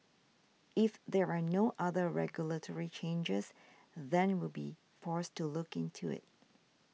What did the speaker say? if there are no other regulatory changes then we'll be forced to look into it